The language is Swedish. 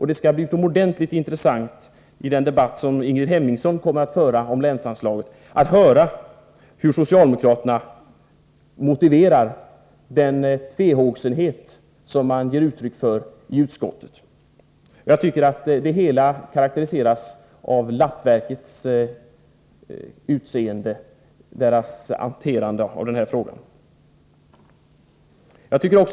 Det skall bli utomordentligt intressant att i den debatt om länsanslaget som Ingrid Hemmingsson kommer att ta upp höra hur socialdemokraterna motiverar den tvehågsenhet som de ger uttryck för i utskottet. Deras hantering av denna fråga har karaktären av lappverk.